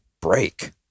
break